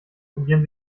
probieren